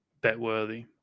bet-worthy